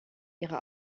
ihre